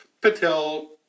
Patel